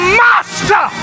master